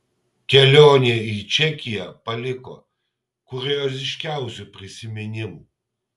kelionė į čekiją paliko kurioziškiausių prisiminimų